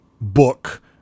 book